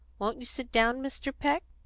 won't you sit down, mr. peck?